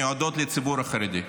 מיועדות לציבור החרדי,